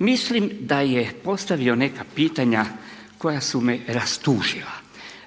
Mislim da je postavio neka pitanja koja su me rastužila.